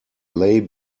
lay